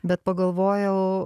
bet pagalvojau